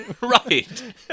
Right